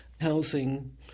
housing